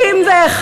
כשרצית את,